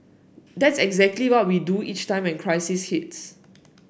that's exactly what we do each time when crisis hits